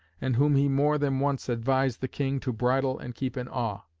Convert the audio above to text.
and whom he more than once advised the king to bridle and keep in awe.